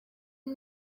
iyo